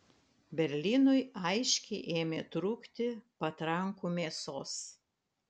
berlynui aiškiai ėmė trūkti patrankų mėsos